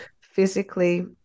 physically